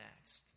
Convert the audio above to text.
next